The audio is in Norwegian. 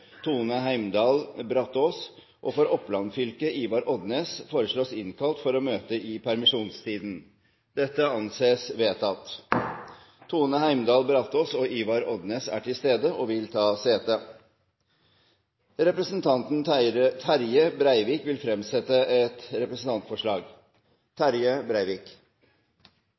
for å møte i permisjonstiden: For Buskerud fylke: Tone Heimdal Brataas For Oppland fylke: Ivar Odnes – Det anses vedtatt. Tone Heimdal Brataas og Ivar Odnes er til stede og vil ta sete. Representanten Terje Breivik vil fremsette et representantforslag.